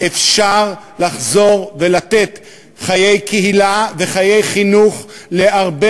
אפשר לחזור לתת חיי קהילה וחיי חינוך להרבה